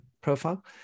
profile